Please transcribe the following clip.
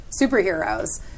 superheroes